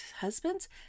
husbands